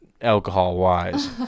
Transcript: alcohol-wise